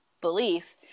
belief